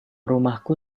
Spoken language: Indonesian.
rumahku